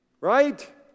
Right